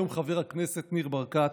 היום חבר הכנסת ניר ברקת.